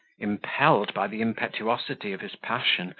impelled by the impetuosity of his passion,